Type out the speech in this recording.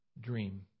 dream